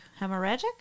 Hemorrhagic